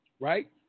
Right